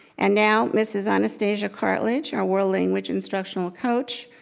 and now mrs. anastasia cartledge, our world language instructional coach,